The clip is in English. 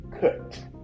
cut